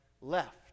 left